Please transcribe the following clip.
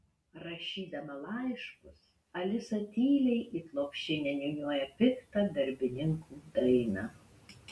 rašydama laiškus alisa tyliai it lopšinę niūniuoja piktą darbininkų dainą